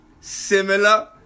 similar